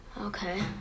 Okay